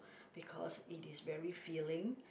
because it is very filing